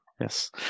Yes